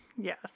yes